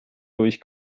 durch